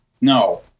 no